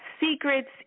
secrets